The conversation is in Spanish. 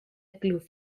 club